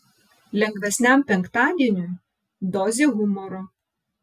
lengvesniam penktadieniui dozė humoro